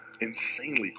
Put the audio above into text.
insanely